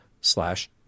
slash